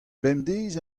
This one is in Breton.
bemdez